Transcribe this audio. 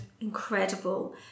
incredible